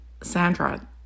Sandra